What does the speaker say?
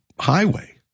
highway